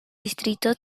distrito